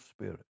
spirit